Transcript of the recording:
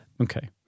Okay